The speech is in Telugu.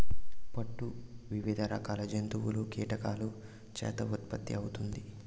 పట్టు వివిధ రకాల జంతువులు, కీటకాల చేత ఉత్పత్తి అవుతుంది